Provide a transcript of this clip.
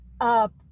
up